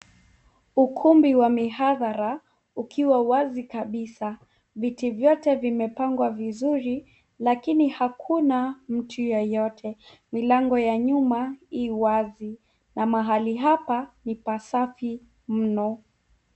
Ukumbi wa mihadhara ukiwa wazi kabisa. Viti vyote vimepangwa vizuri lakini hakuna mtu. Milango ya nyuma i wazi. Mahali hapa ni pasafi mno.